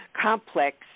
complex